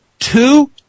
Two